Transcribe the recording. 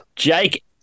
Jake